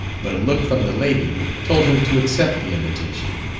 but a look from the lady told him to accept the invitation.